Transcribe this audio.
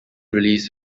released